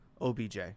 OBJ